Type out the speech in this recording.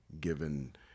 Given